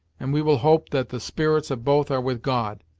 and we will hope that the spirits of both are with god.